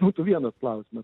būtų vienas klausimas